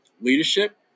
leadership